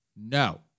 No